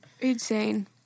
Insane